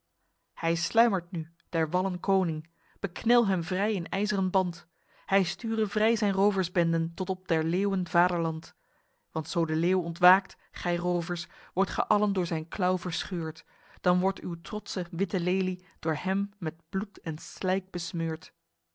hij sluimert nu der wallen koning beknel hem vrij in ijzren band hij sture vrij zijn roversbenden tot op der leeuwen vaderland want zo de leeuw ontwaakt gij rovers wordt ge allen door zijn klauw verscheurd dan wordt uw trotse witte lelie door hem met bloed en slijk besmeurd